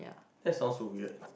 that sound so weird